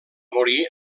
morir